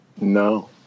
No